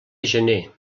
gener